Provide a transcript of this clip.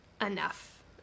enough